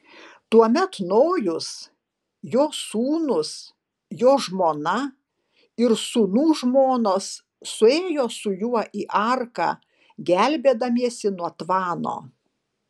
tuomet nojus jo sūnūs jo žmona ir sūnų žmonos suėjo su juo į arką gelbėdamiesi nuo tvano